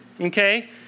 okay